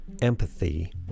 Empathy